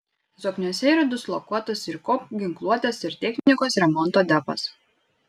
zokniuose yra dislokuotas ir kop ginkluotės ir technikos remonto depas